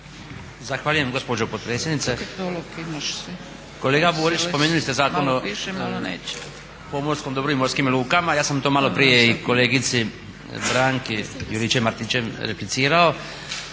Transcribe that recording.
Zahvaljujem gospođo potpredsjedniče. Kolega Burić, spomenuli ste Zakon o pomorskom dobru i morskim lukama, ja sam to malo prije i kolegici Branki Juričev-Martinčev replicirao.